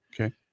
Okay